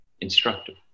instructive